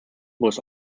was